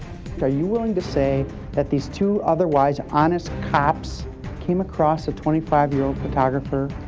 ah you willing to say that these two otherwise honest cops came across a twenty five year old photographer.